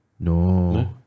No